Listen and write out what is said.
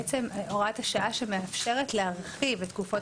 בעצם זאת הוראת השעה שמאפשרת להרחיב את תקופות